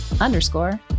underscore